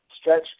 stretch